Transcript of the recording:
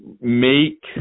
make